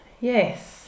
Yes